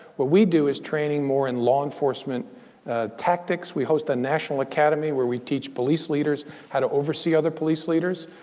what we do is training more in law enforcement tactics. we host a national academy, where we teach police leaders how to oversee other police leaders.